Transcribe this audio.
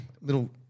little